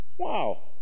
wow